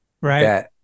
Right